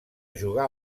jugar